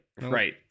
right